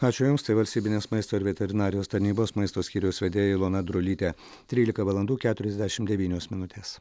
ačiū jums tai valstybinės maisto ir veterinarijos tarnybos maisto skyriaus vedėja ilona drulytė trylika valandų keturiasdešimt devynios minutės